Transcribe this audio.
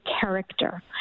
character